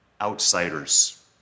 outsiders